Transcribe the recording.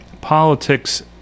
politics